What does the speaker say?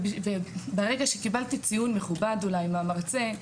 ברגע שקיבלתי ציון מכובד מהמרצה,